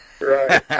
Right